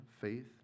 faith